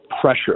pressure